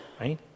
right